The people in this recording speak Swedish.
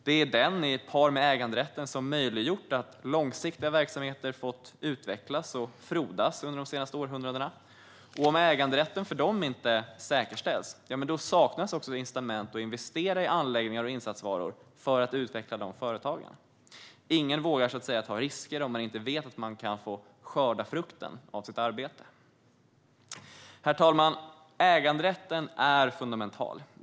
Det är den i par med äganderätten som möjliggjort att långsiktiga verksamheter fått utvecklas och frodas under de senaste århundradena. Om äganderätten för dem inte säkerställs saknas incitament att investera i anläggningar och insatsvaror för att utveckla företagen. Ingen vågar ta risker om man inte vet att man kan få skörda frukten av sitt arbete. Herr talman! Äganderätten är fundamental.